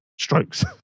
strokes